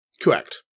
Correct